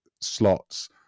slots